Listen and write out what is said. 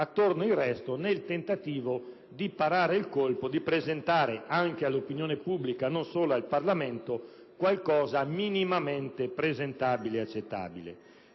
intorno al resto, nel tentativo di parare il colpo e di presentare anche all'opinione pubblica, non solo al Parlamento, qualcosa che fosse minimamente presentabile ed accettabile.